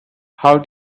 how